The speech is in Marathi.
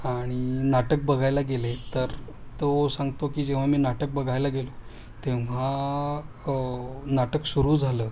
आणि नाटक बघायला गेले तर तो सांगतो की जेव्हा मी नाटक बघायला गेलो तेव्हा नाटक सुरू झालं